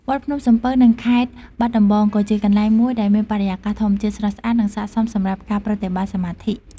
វត្តភ្នំសំពៅ នៅខេត្តបាត់ដំបងក៏ជាកន្លែងមួយដែលមានបរិយាកាសធម្មជាតិស្រស់ស្អាតនិងស័ក្តិសមសម្រាប់ការប្រតិបត្តិសមាធិ។